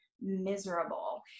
miserable